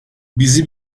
bizi